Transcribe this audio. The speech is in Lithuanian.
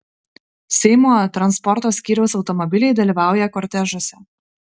seimo transporto skyriaus automobiliai dalyvauja kortežuose